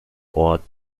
ort